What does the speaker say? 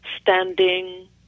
standing